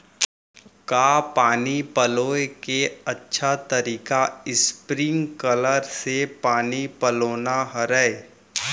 का पानी पलोय के अच्छा तरीका स्प्रिंगकलर से पानी पलोना हरय?